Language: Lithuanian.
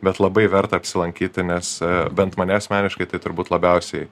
bet labai verta apsilankyti nes bent mane asmeniškai tai turbūt labiausiai